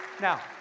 Now